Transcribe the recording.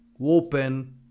open